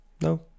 no